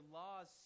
laws